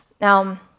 Now